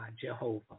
Jehovah